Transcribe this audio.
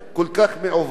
לצערי הרב,